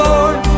Lord